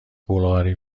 بلغاری